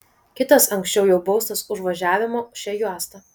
kitas anksčiau jau baustas už važiavimą šia juosta